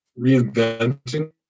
reinventing